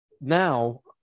Now